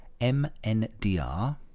M-N-D-R